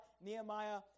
Nehemiah